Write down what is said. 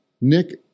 Nick